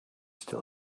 still